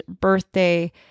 birthday